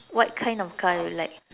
what kind of car you like